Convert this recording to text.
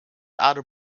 other